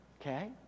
Okay